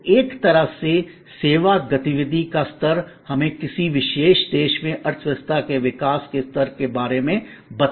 तो एक तरह से सेवा गतिविधि का स्तर हमें किसी विशेष देश में अर्थव्यवस्था के विकास के स्तर के बारे में बता सकता है